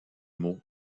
mot